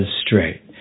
straight